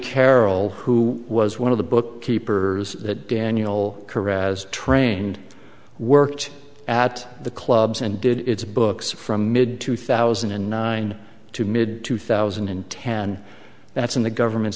carroll who was one of the book keepers that daniel career as trained worked at the clubs and did its books from mid two thousand and nine to mid two thousand and ten that's in the government's